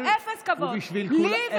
אבל הוא בשביל כולם, אפס כבוד.